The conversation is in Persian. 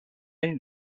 این